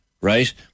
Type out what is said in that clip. right